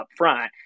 upfront